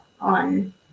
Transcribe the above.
on